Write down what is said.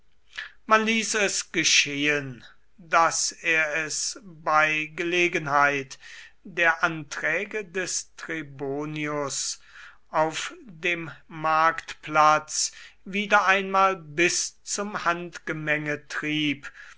man ließ es geschehen daß er es bei gelegenheit der anträge des trebonius auf dein marktplatz wieder einmal bis zum handgemenge trieb